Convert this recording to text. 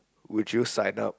would you sign up